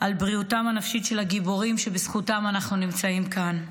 על בריאותם הנפשית של הגיבורים שבזכותם אנחנו נמצאים כאן.